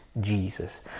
Jesus